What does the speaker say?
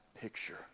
picture